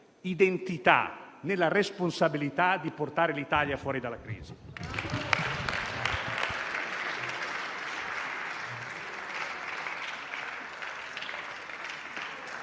identità nella responsabilità di portare l'Italia fuori dalla crisi.